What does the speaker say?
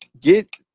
get